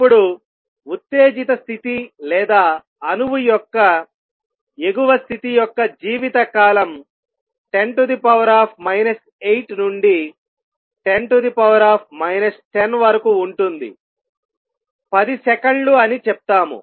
ఇప్పుడు ఉత్తేజిత స్థితి లేదా అణువు యొక్క ఎగువ స్థితి యొక్క జీవిత కాలం 10 8 నుండి 10 10 వరకు ఉంటుంది10 సెకన్లు అని చెప్తాము